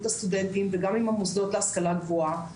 הסטודנטים וגם עם המוסדות להשכלה גבוהה.